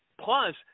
Plus